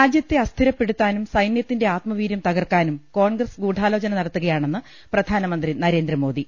രാജ്യത്തെ അസ്ഥിരപ്പെടുത്താനും സൈനൃത്തിന്റെ ആത്മവീരൃം തകർക്കാനും കോൺഗ്രസ് ഗൂഡാലോചന നടത്തുകയാണെന്ന് പ്രധാ നമന്ത്രി നരേന്ദ്രമോദി